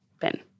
Ben